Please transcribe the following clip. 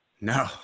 No